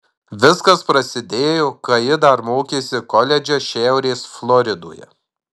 viskas prasidėjo kai ji dar mokėsi koledže šiaurės floridoje